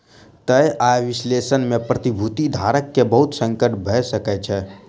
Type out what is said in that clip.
तय आय विश्लेषण में प्रतिभूति धारक के बहुत संकट भ सकै छै